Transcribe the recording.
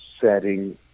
setting